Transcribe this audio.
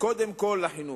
וקודם כול לחינוך,